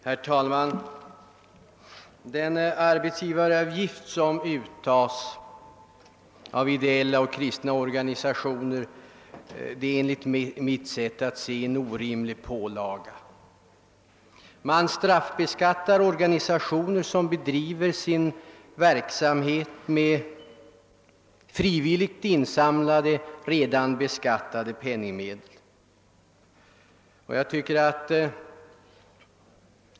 Herr talman! Den arbetsgivaravgift som uttas av ideella och kristna organisationer är enligt mitt sätt att se en orimlig pålaga. Man straffbeskattar organisationer, som bedriver sin verksamhet med frivilligt insamlade redan beskattade penningmedel.